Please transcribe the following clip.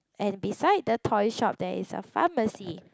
and beside the toy shop there is a pharmacy